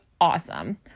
awesome